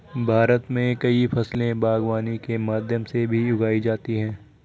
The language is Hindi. भारत मे कई फसले बागवानी के माध्यम से भी उगाई जाती है